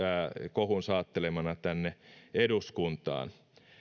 kohun saattelemana tänne eduskuntaan